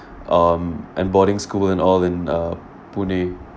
um and boarding school and all in uh pune